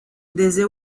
desde